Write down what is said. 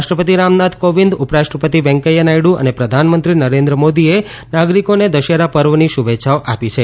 રાષ્ટ્રપતિ રામનાથ કોવિંદ ઉપરાષ્ટ્રપતિ વેંકૈથા નાયડુ અને પ્રધાનમંત્રી નરેન્દ્ર મોદીએ નાગરિકોને દશેરા પર્વની શુભેચ્છાઓ આપી છે